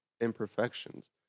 imperfections